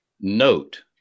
note